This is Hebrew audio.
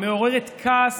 והיא מעוררת כעס